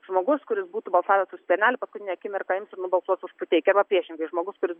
žmogus kuris būtų balsavęs už skvernelį paskutinę akimirką ims ir nubalsuos už puteikį arba priešingai žmogus kuris